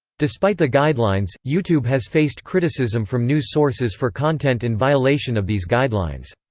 despite the guidelines, youtube has faced criticism from news sources for content in violation of these guidelines.